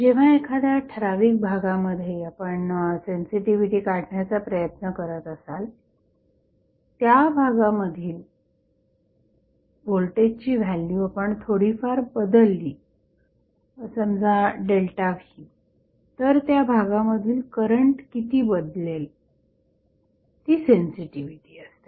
जेव्हा एखाद्या ठराविक भागामध्ये आपण सेन्सिटिव्हिटी काढण्याचा प्रयत्न करत असाल त्या भागामधील व्होल्टेजची व्हॅल्यू आपण थोडीफार बदलली समजा V तर त्या भागामधील करंट किती बदलेल ती सेन्सिटिव्हिटी असते